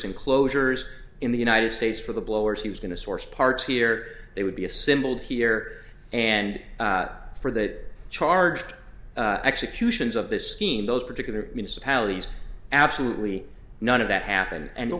enclosures in the united states for the blowers he was going to source parts here they would be a symbol here and for that charged executions of this scheme those particular municipalities absolutely none of that happened and